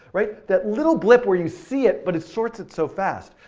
right? that little blip where you see it, but it sorts it so fast.